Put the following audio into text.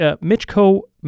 Mitchell